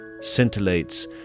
scintillates